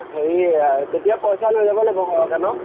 হেৰি তেতিয়া পইচা লৈ যাব লাগিব সৰহকৈ ন